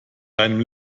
deinem